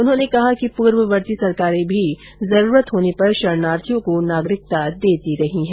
उन्होंने कहा की पूर्ववर्ती सरकारें भी जरूरत होने पर शरणार्थियों को नागरिकता देती रही है